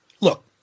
look